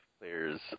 players